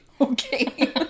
Okay